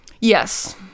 Yes